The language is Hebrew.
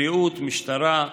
בריאות, משטרה,